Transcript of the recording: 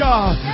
God